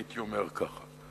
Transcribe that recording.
הייתי אומר כך.